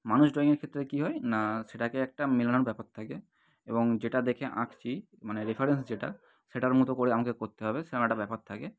মানুষ ড্রয়িংয়ের ক্ষেত্রে কি হয় না সেটাকে একটা মেলানোর ব্যাপার থাকে এবং যেটা দেখে আঁকছি মানে রেফারেন্স যেটা সেটার মতো করে আমাকে করতে হবে সেরকম এটা ব্যাপার থাকে